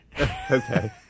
Okay